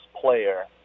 player